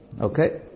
Okay